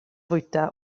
fwyta